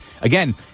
Again